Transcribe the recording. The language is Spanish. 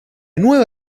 nueva